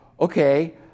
okay